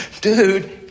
dude